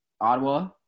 Ottawa